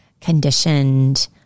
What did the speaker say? conditioned